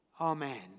Amen